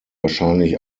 wahrscheinlich